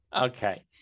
Okay